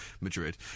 Madrid